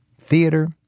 theater